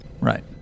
Right